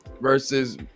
versus